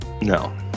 no